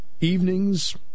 evenings